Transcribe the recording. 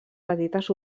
petites